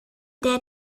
der